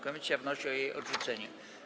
Komisja wnosi o jej odrzucenie.